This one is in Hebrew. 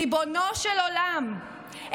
ריבונו של עולם,